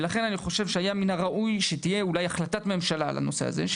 ולכן אני חושב שהיה מן הראוי שתהיה אולי החלטת ממשלה על הנושא הזה,